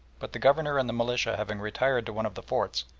but the governor and the militia having retired to one of the forts,